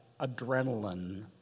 adrenaline